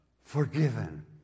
forgiven